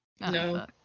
No